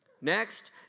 Next